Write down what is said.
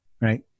right